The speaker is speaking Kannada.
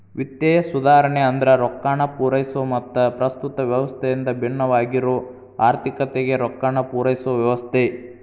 ವಿತ್ತೇಯ ಸುಧಾರಣೆ ಅಂದ್ರ ರೊಕ್ಕಾನ ಪೂರೈಸೊ ಮತ್ತ ಪ್ರಸ್ತುತ ವ್ಯವಸ್ಥೆಯಿಂದ ಭಿನ್ನವಾಗಿರೊ ಆರ್ಥಿಕತೆಗೆ ರೊಕ್ಕಾನ ಪೂರೈಸೊ ವ್ಯವಸ್ಥೆ